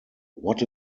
what